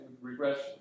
regression